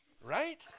Right